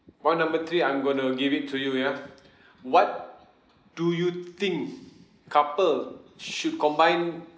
point number three I'm going to give it to you ya what do you think couple should combine